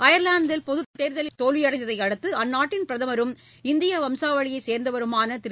Ireland பொதுத்தேர்தலில் தோல்வி அடைந்ததை அடுத்து அந்நாட்டின் பிரதமரும் இந்திய வம்வாவழியைச் சேர்ந்தவருமான திரு